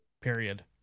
period